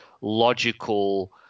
logical